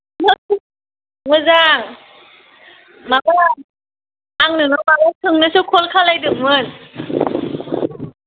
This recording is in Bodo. मोजां माबा आं नोंनाव माबा सोंनोसो कल खालायदोंमोन